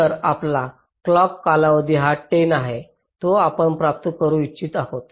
तर आपला क्लॉक कालावधी हा 10 आहे जो आपण प्राप्त करू इच्छित आहोत